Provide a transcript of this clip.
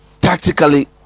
tactically